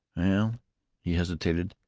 well he hesitated.